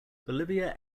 bolivia